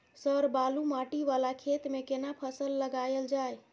Sir बालू माटी वाला खेत में केना फसल लगायल जाय?